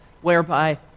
whereby